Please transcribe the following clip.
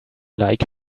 like